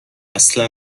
اصلا